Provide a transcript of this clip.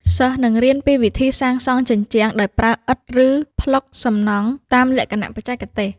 សិស្សនឹងរៀនពីវិធីសាងសង់ជញ្ជាំងដោយប្រើឥដ្ឋឬប្លុកសំណង់តាមលក្ខណៈបច្ចេកទេស។